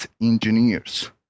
engineers